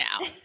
now